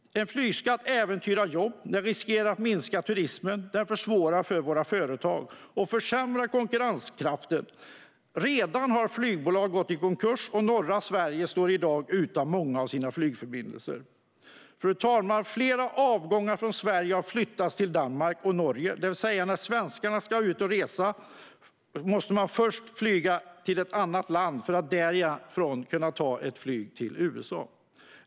En flygskatt äventyrar jobb, riskerar att minska turismen, försvårar för våra företag och försämrar konkurrenskraften. Flygbolag har redan gått i konkurs, och norra Sverige står i dag utan många av sina flygförbindelser. Fru talman! Flera avgångar från Sverige har flyttats till Danmark och Norge. När svenskarna ska ut och resa måste de alltså först flyga till ett annat land för att därifrån ta ett flyg till USA.